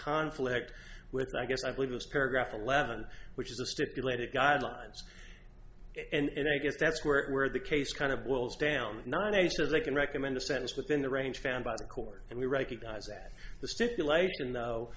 conflict with i guess i believe this paragraph eleven which is the stipulated guidelines and i guess that's where the case kind of boils down not a sure they can recommend a sentence within the range found by the court and we recognize that the stipulation though